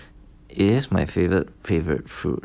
it is my favourite favourite fruit